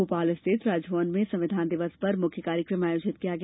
भोपाल स्थित राजभवन में संविधान दिवस पर मुख्य कार्यक्रम आयोजित किया गया